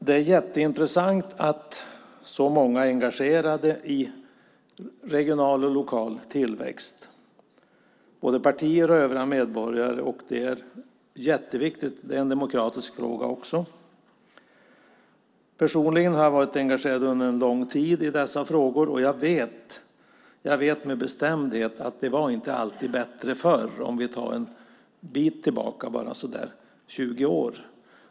Det är jätteintressant att så många är engagerade i regional och lokal tillväxt, både i partier och övriga medborgare. Det är en viktig demokratisk fråga också. Personligen har jag varit engagerad under en lång tid i dessa frågor, och jag vet med bestämdhet att det inte alltid var bättre förr. Vi behöver bara gå en bit tillbaka, så där 20 år.